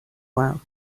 well